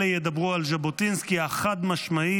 אלה ידברו על ז'בוטינסקי החד-משמעי,